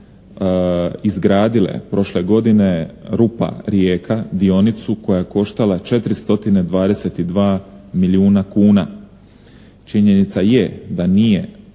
izgradile prošle godine Rupa-Rijeka dionicu koja je koštala 4 stotine 22 milijuna kuna. Činjenica je da nije